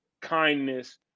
kindness